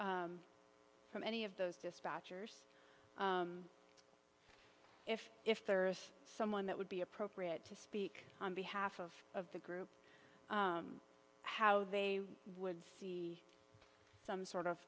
from any of those dispatchers if if there's someone that would be appropriate to speak on behalf of the group how they would see some sort of